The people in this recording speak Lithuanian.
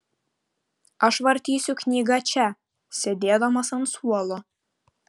aš vartysiu knygą čia sėdėdamas ant suolo